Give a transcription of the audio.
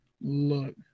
Look